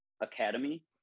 academy